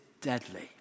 deadly